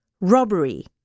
robbery